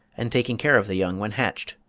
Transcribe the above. and taking care of the young when hatched.